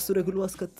sureguliuos kad